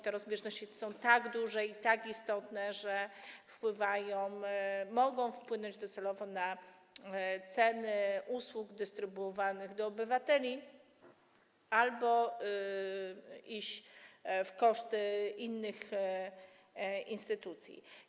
Te rozbieżności są tak duże i tak istotne, że docelowo mogą wpłynąć na ceny usług dystrybuowanych do obywateli albo iść w koszty innych instytucji.